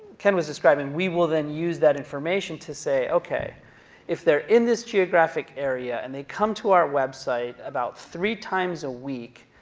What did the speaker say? ken was describing. we will then use that information to say okay if they're in this geographic area, and they come to our website about three times a week,